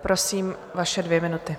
Prosím, vaše dvě minuty.